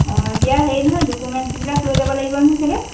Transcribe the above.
অঁ এতিয়া হেৰি নহয় ডকুমেণ্টছবিলাক লৈ যাব লাগিব নহয় চাগে